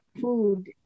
food